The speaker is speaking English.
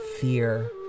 fear